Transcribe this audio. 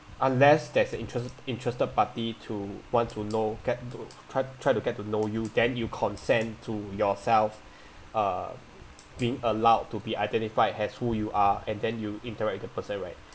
unless there's an intereste~ interested party to want to know ge~ to try to get to know you then you consent to yourself uh being allowed to be identified as who you are and then you interact with that person right